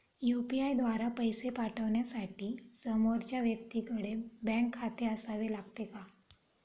UPI द्वारा पैसे पाठवण्यासाठी समोरच्या व्यक्तीकडे बँक खाते असावे लागते का?